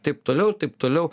taip toliau taip toliau